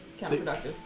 counterproductive